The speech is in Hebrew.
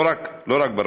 לא רק ברווחה,